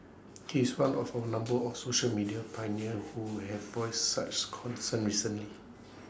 he is one of A number of social media pioneers who have voiced such concerns recently